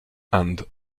and